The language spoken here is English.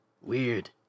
Weird